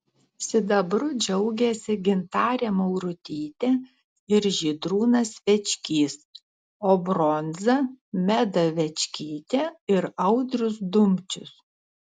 sidabru džiaugėsi gintarė maurutytė ir žydrūnas večkys o bronza meda večkytė ir audrius dumčius